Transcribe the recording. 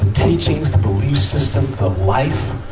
teachings, the belief system, the life,